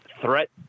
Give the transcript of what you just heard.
threat